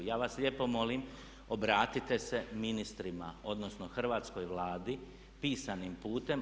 I ja vas lijepo molim obratite se ministrima, odnosno hrvatskoj Vladi pisanim putem.